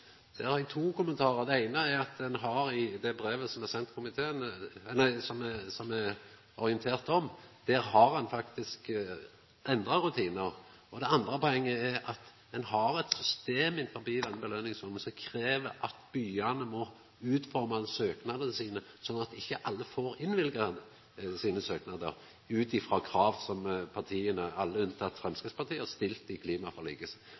har eg to kommentarar. Den eine er at i det brevet som det er orientert om, har ein faktisk endra rutinar. Det andre poenget er at ein bør ha eit system innan belønningsordninga som krev at byane må utforma søknadene sine sånn at ikkje alle får innvilga sine søknader ut frå krav som partia – alle, unnateke Framstegspartiet – har stilt i